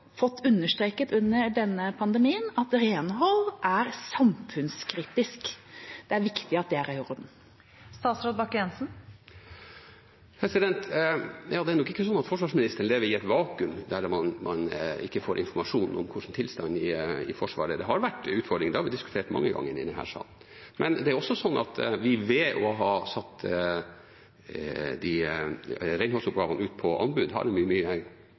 fått understreket under denne pandemien at renhold er samfunnskritisk. Det er viktig at det er i orden. Det er nok ikke slik at forsvarsministeren lever i et vakuum, der man ikke får informasjon om hvordan tilstanden er i Forsvaret. Det har vært utfordringer, det har vi diskutert mange ganger i denne salen. Men det er også sånn at vi ved å ha satt renholdsoppgavene ut på anbud har en klarere måte å stille krav til den tjenesten på. Det